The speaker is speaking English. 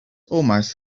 almost